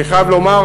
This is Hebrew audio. אני חייב לומר,